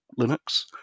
Linux